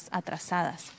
atrasadas